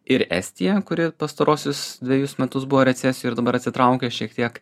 ir estiją kuri pastaruosius dvejus metus buvo recesijoj ir dabar atsitraukė šiek tiek